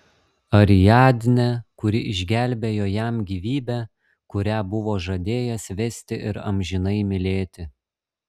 ariadnę kuri išgelbėjo jam gyvybę kurią buvo žadėjęs vesti ir amžinai mylėti